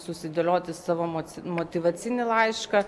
susidėlioti savo moc motyvacinį laišką